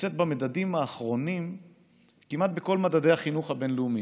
נמצאת במדדים האחרונים כמעט בכל מדדי החינוך הבין-לאומיים.